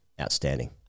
outstanding